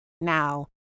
Now